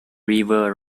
river